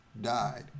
died